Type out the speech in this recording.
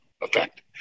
effect